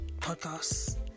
podcasts